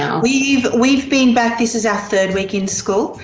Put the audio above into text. um we've we've been back, this is our third week in school,